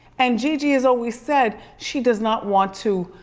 and gigi has always said she does not want to